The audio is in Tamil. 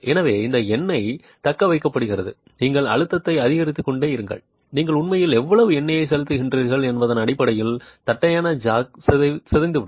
எனவே அந்த எண்ணெய் தக்கவைக்கப்படுகிறது நீங்கள் அழுத்தத்தை அதிகரித்துக்கொண்டே இருங்கள் நீங்கள் உண்மையில் எவ்வளவு எண்ணெயை செலுத்துகிறீர்கள் என்பதன் அடிப்படையில் தட்டையான ஜாக் சிதைந்துவிடும்